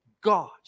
God